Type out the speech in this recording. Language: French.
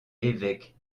évêque